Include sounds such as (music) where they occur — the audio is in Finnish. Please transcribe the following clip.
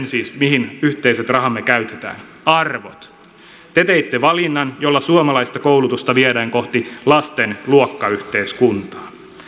(unintelligible) siis sen mihin yhteiset rahamme käytetään arvot te teitte valinnan jolla suomalaista koulutusta viedään kohti lasten luokkayhteiskuntaa